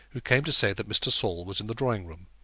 who came to say that mr. saul was in the drawing-room.